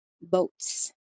Boats